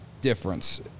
difference